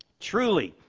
truly,